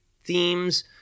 themes